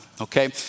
okay